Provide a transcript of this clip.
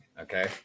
okay